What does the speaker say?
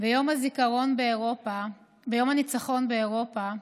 ביום הניצחון באירופה,